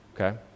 Okay